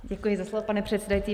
Děkuji za slovo, pane předsedající.